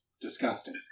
Disgusting